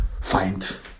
find